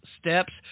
steps